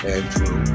Andrew